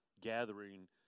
gathering